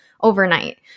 overnight